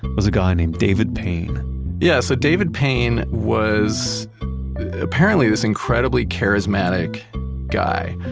was a guy named david payne yeah, so david payne was apparently this incredibly charismatic guy.